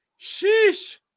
sheesh